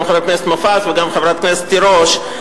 גם חבר הכנסת מופז וגם חברת הכנסת תירוש,